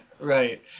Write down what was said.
Right